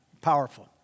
Powerful